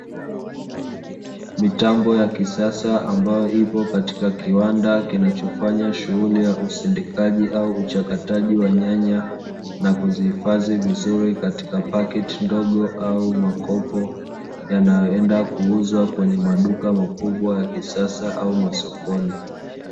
Mitambo ya kisasa, ambayo ipo katika kiwanda kinachofanya shughuli ya usindikaji au uchakataji wa nyanya, na kuzihifadhi vizuri katika pakiti ndogo au makopo, yanayoenda kuuzwa kwenye maduka makubwa ya kisasa au masokoni.